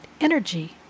energy